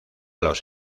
los